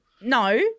No